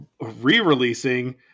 re-releasing